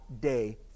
day